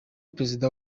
perezida